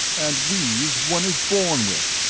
and these one is born with,